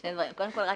קודם כל,